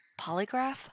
polygraph